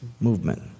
movement